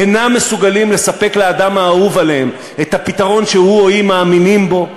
אינם מסוגלים לספק לאדם האהוב עליהם את הפתרון שהוא או היא מאמינים בו,